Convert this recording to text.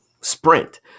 sprint